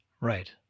right